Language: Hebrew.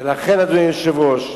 ולכן, אדוני היושב-ראש,